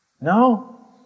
No